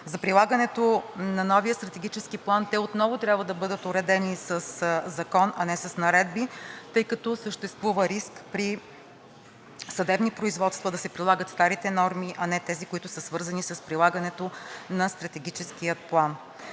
За прилагането на новия Стратегически план те отново трябва да бъдат уредени със закон, а не с наредби, тъй като съществува риск при съдебни производства да се прилагат старите норми, а не тези, които са свързани с прилагането на Стратегическия план.